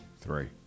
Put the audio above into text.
Three